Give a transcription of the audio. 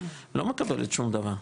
לא מקבלת שום דבר.